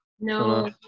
No